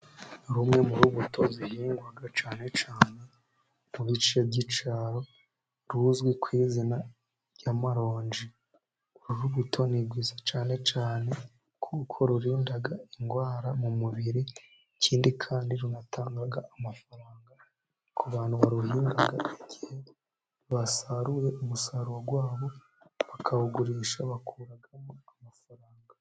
Rumwe mu imbuto zihingwa cyane cyane mu bice by' icyaro ruzwi ku izina ry' amaronji, urubuto ni rwiza cyane cyane kuko rurinda indwara mu mubiri, ikindi kandi runatanga amafaranga ku bantu baruhinga, igihe basaruye umusaruro wabo bakawugurisha bakuramo amafaranga.